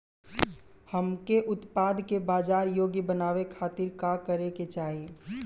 हमके उत्पाद के बाजार योग्य बनावे खातिर का करे के चाहीं?